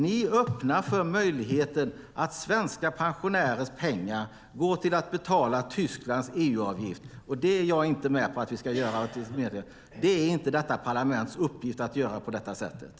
Ni öppnar för möjligheten att svenska pensionärers pengar går till att betala Tysklands EU-avgift, och det är jag inte med på att vi ska göra. Det är inte detta parlaments uppgift att göra på det sättet.